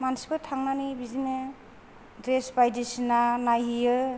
मानसिफोर थांनानै बिदिनो द्रेस बायदिसिना नायहैयो